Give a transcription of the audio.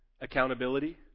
accountability